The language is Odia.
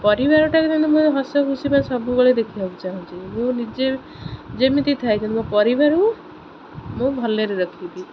ପରିବାରଟା କିନ୍ତୁ ହସଖୁସି ମାନେ ସବୁବେଳେ ଦେଖିବାକୁ ଚାହୁଁଚି ମୁଁ ନିଜେ ଯେମିତି ଥାଏ କିନ୍ତୁ ମୋ ପରିବାର ମୁଁ ଭଲରେ ରଖିଦିଏ